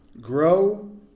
Grow